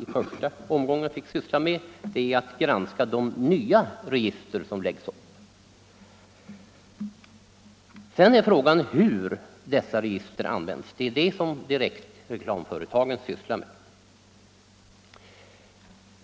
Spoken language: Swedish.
i första omgången framför allt får syssla med är att granska de nya register som läggs upp. Sedan är frågan hur dessa register används, och det är där direktreklamföretagen kommer in.